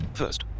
first